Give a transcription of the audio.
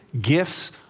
gifts